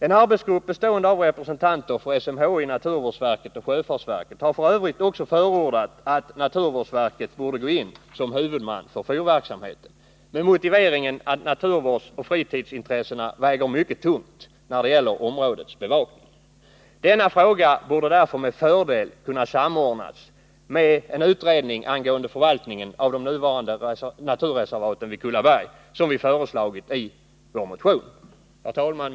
En arbetsgrupp bestående av representanter för SMHI, naturvårdsverket och sjöfartsverket har f. ö. också förordat att naturvårdsverket borde gå in som huvudman för fyrverksamheten, med motiveringen att naturvårdsoch fritidsintressena väger mycket tungt när det gäller områdets bevakning. Denna fråga borde därför med fördel kunna samordnas med en utredning angående förvaltningen av de nuvarande naturreservaten vid Kullaberg som vi föreslagit i vår motion. Herr talman!